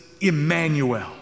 Emmanuel